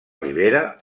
rivera